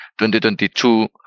2022